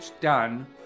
done